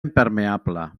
impermeable